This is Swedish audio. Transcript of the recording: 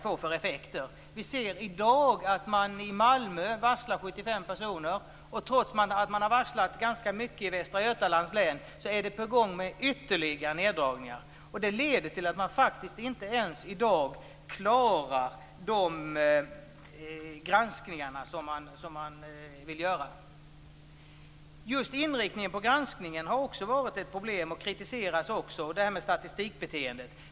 I dag kan vi se att man i Malmö varslar 75 personer. Trots att man har varslat ganska mycket i Västra Götalands län är ytterligare neddragningar på gång. Det leder till att man faktiskt inte ens i dag klarar de granskningar som man vill göra. Just inriktningen på granskningen har också varit ett problem och kritiseras, liksom det här med statistikbeteendet.